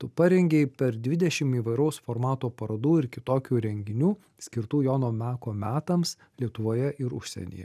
tu parengei per dvidešim įvairaus formato parodų ir kitokių renginių skirtų jono meko metams lietuvoje ir užsienyje